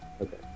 Okay